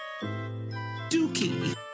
Dookie